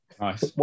Nice